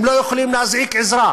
הם לא יכולים להזעיק עזרה,